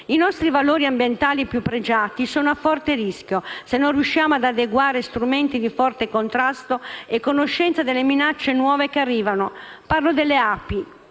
I nostri valori ambientali più pregiati sono a forte rischio se non riusciamo ad adeguare strumenti di forte contrasto e conoscenza delle minacce nuove che arrivano. Parlo delle api